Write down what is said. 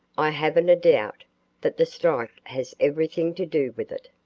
i haven't a doubt that the strike has everything to do with it.